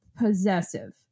possessive